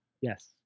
Yes